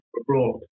abroad